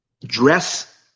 Dress